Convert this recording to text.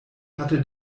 hatte